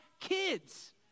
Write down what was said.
kids